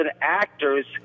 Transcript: actors